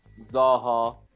Zaha